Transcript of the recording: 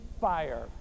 fire